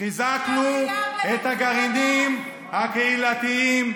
חיזקנו את הגרעינים הקהילתיים,